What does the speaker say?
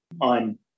on